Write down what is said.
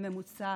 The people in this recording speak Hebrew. בממוצע